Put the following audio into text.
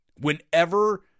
whenever